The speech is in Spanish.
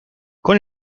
con